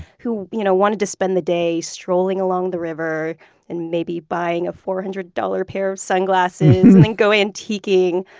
who you know wanted to spend the day strolling along the river and maybe buying a four hundred dollars pair of sunglasses and then go antiquing.